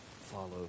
follow